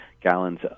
gallons